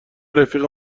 رفیق